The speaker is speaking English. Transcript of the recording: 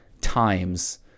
times